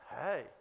hey